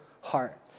heart